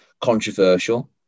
controversial